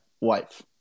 wife